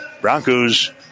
Bronco's